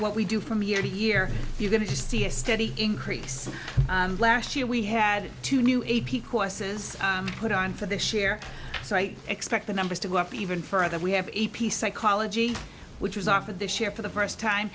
what we do from year to year you're going to see a steady increase last year we had two new a p courses put on for this share so i expect the numbers to go up even further we have a p psychology which was offered this year for the first time